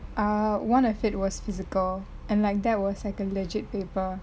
err one of it was physical and like that was like a legit paper